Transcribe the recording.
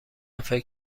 فکر